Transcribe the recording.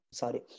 sorry